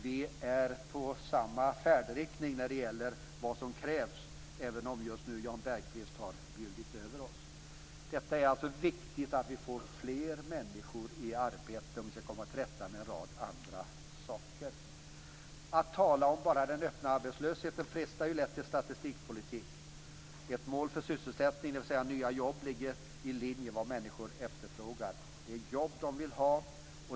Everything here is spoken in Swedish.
Vi är på samma färdriktning när det gäller vad som krävs, även om Jan Bergqvist just nu har bjudit över oss. Det är alltså viktigt att vi får fler människor i arbete om vi skall komma till rätta med en rad andra saker. Att bara tala om den öppna arbetslösheten frestar lätt till "statistikpolitik". Ett mål för sysselsättningen, dvs. nya jobb, ligger i linje med vad människor efterfrågar. Det är jobb som de vill ha.